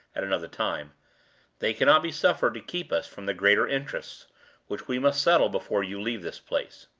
at another time they cannot be suffered to keep us from the greater interests which we must settle before you leave this place.